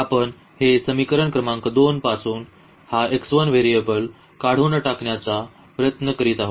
आपण हे समीकरण क्रमांक 2 पासून हा व्हेरिएबल काढून टाकण्याचा प्रयत्न करीत आहोत